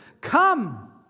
Come